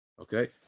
Okay